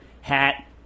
hat